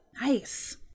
Nice